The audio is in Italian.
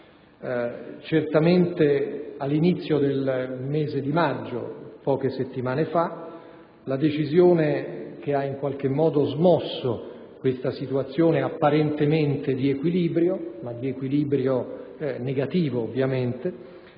Siniora. All'inizio del mese di maggio, la decisione che ha in qualche modo smosso questa situazione apparentemente di equilibrio (ma di equilibrio negativo, ovviamente)